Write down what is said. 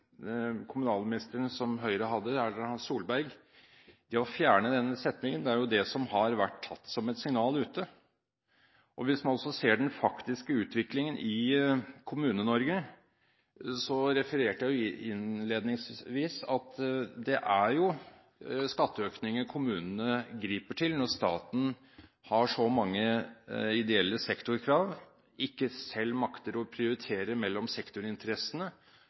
Høyre Erna Solberg hadde, blitt tatt som et signal ute. Man kan også se den faktiske utviklingen i Kommune-Norge. Jeg refererte innledningsvis til at det er skatteøkninger kommunene griper til når staten har så mange ideelle sektorkrav at man ikke selv makter å prioritere mellom sektorinteressene